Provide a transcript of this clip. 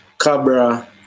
Cabra